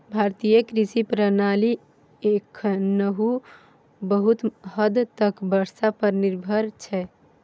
भारतीय कृषि प्रणाली एखनहुँ बहुत हद तक बर्षा पर निर्भर छै